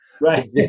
Right